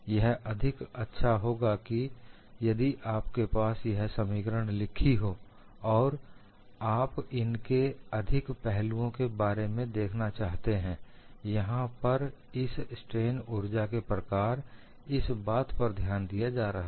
यह अधिक अच्छा होगा यदि आपके पास यह समीकरण लिखी हो और आप इनके अधिक पहलुओं के बारे में देखना चाहते हैं यहां पर इस स्ट्रेन ऊर्जा के प्रकार इस बात पर ध्यान दिया जा रहा है